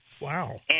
Wow